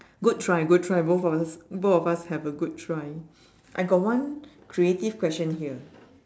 good try good try both of us both of us have a good try I got one creative question here